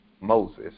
Moses